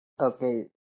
Okay